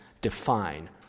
define